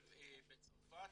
ובצרפת,